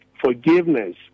forgiveness